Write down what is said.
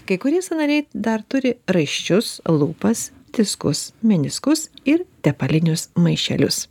kai kurie sąnariai dar turi raiščius lūpas diskus meniskus ir tepalinius maišelius